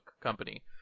company